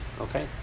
okay